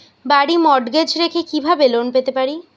বাড়ি মর্টগেজ রেখে কিভাবে লোন পেতে পারি?